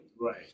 Right